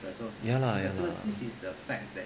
ya lah ya lah